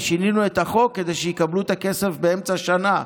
ושינינו את החוק כדי שיקבלו את הכסף באמצע השנה.